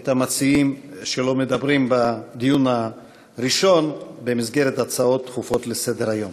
את המציעים שלא מדברים בדיון הראשון במסגרת הצעות דחופות לסדר-היום.